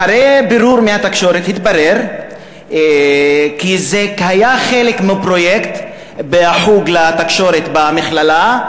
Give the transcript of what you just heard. אחרי בירור מהתקשורת התברר כי זה היה חלק מפרויקט בחוג לתקשורת במכללה,